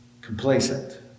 complacent